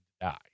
die